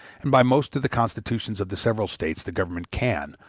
and by most of the constitutions of the several states the government can,